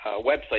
website